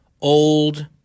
old